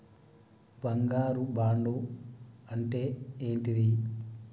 బంగారు బాండు అంటే ఏంటిది?